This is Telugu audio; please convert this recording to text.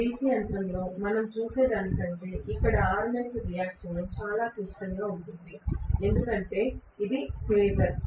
DC యంత్రంలో మనం చూసే దానికంటే ఇక్కడ ఆర్మేచర్ రియాక్షన్ చాలా క్లిష్టంగా ఉంటుంది ఎందుకంటే ఇది ఫేజర్